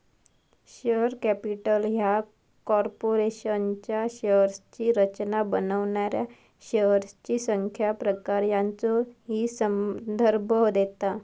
share capital ह्या कॉर्पोरेशनच्या शेअर्सची रचना बनवणाऱ्या शेअर्सची संख्या, प्रकार यांचो ही संदर्भ देता